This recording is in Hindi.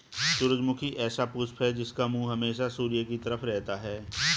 सूरजमुखी ऐसा पुष्प है जिसका मुंह हमेशा सूर्य की तरफ रहता है